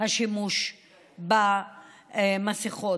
השימוש במסכות,